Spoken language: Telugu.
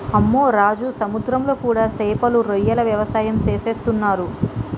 అమ్మె రాజు సముద్రంలో కూడా సేపలు రొయ్యల వ్యవసాయం సేసేస్తున్నరు